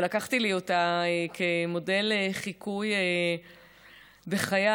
ולקחתי לי אותה כמודל חיקוי בחיי,